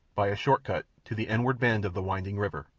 by a short cut, to the inward bend of the winding river,